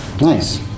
Nice